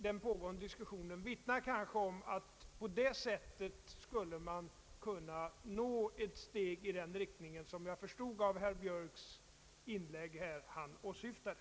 Den pågående diskussionen vittnar kanske om att man på det sättet skulle kunna nå ett steg i den riktning som jag förstod av herr Björks inlägg att han åsyftade.